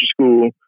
school